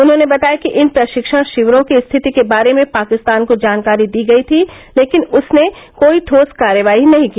उन्होंने बताया कि इन प्रशिक्षण शिविरों की स्थिति के बारे में पाकिस्तान को जानकारी दी गई थी लेकिन उसने कोई ठोस कार्रवाई नहीं की